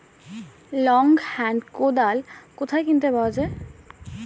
Long hand কোদাল কোথায় কিনতে পাওয়া যায়?